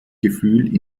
gefühl